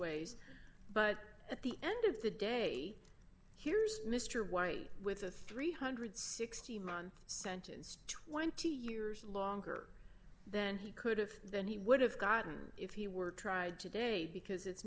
ways but at the end of the day here's mr white with a three hundred and sixty month sentence twenty years longer than he could have than he would have gotten if he were tried today because it's